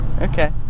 Okay